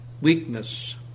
weakness